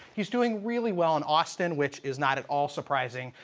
he's doing really well and often, which is not at all surprising.